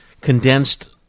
condensed